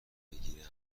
بگیرم